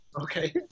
Okay